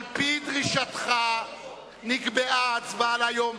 על-פי דרישתך נקבעה הצבעה להיום?